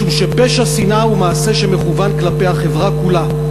משום שפשע שנאה הוא מעשה שמכוון כלפי החברה כולה,